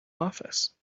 office